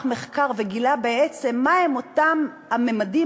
מחקר וגילה בעצם מה הם אותם הממדים,